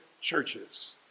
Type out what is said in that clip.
churches